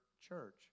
church